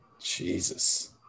Jesus